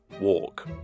walk